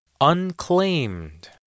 Unclaimed